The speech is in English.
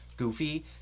goofy